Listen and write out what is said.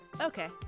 Okay